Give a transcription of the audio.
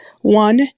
One